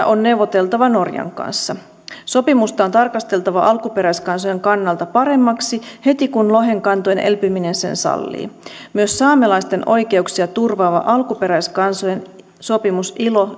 on neuvoteltava norjan kanssa sopimusta on tarkasteltava alkuperäiskansojen kannalta paremmaksi heti kun lohen kantojen elpyminen sen sallii myös saamelaisten oikeuksia turvaava alkuperäiskansojen sopimus ilo